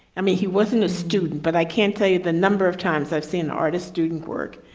i mean, he wasn't a student, but i can't tell you the number of times i've seen artists student work.